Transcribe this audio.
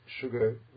sugar